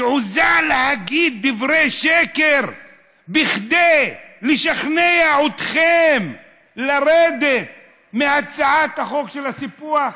תעוזה להגיד דברי שקר כדי לשכנע אתכם לרדת מהצעת החוק של הסיפוח.